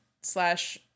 slash